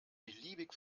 beliebig